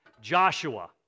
Joshua